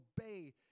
obey